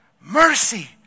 Mercy